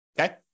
Okay